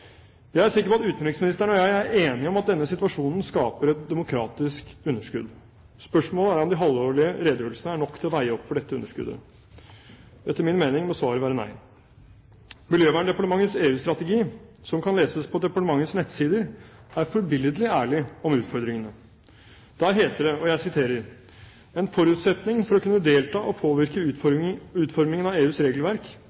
Jeg er sikker på at utenriksministeren og jeg er enige om at denne situasjonen skaper et demokratisk underskudd. Spørsmålet er om de halvårlige redegjørelsene er nok til å veie opp for dette underskuddet. Etter min mening må svaret være nei. Miljøverndepartementets EU-strategi, som kan leses på departementets nettsider, er forbilledlig ærlig om utfordringene. Der heter det: «En forutsetning for å kunne delta og påvirke